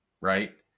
Right